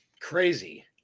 Crazy